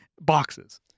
boxes